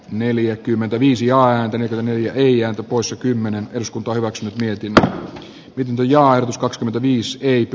neljäkymmentäviisi ääntä neljä poissa kymmenen iskut olivat viestintä pintoja kakskymmentäviisteitä